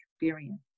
experience